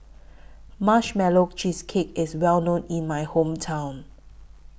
Marshmallow Cheesecake IS Well known in My Hometown